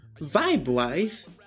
vibe-wise